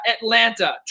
Atlanta